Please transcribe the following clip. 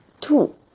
two